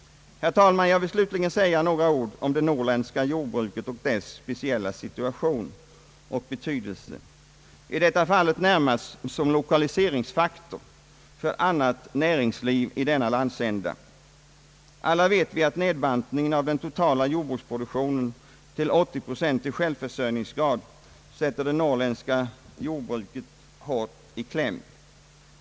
Herr talman! Jag vill slutligen säga några ord om det norrländska jordbruket, dess speciella situation och betydelse, i detta fall närmast som lokaliseringsfaktor för annat näringsliv i denna landsända. Alla vet vi att nedbantningen av den totala jordbruksproduktionen till 80-procentig självförsörjningsgrad sätter det norrländska jordbruket hårt i kläm.